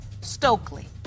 Stokely